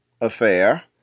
affair